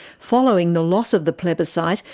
following the loss of the plebiscite,